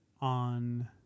on